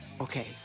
Okay